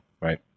right